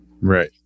Right